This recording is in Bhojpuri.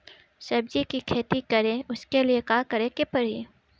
सब्जी की खेती करें उसके लिए का करिके पड़ी?